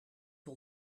wil